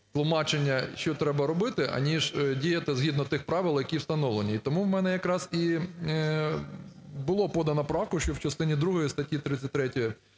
що треба робити, аніж діяти згідно тих правил, які встановлені. І тому в мене якраз і було подано правку, що в частині другій статті 33